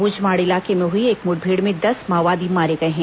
माड़ इलाके में हुई एक मुठभेड़ में दस माओवादी मारे गए हैं